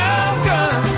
Welcome